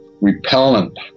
repellent